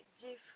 different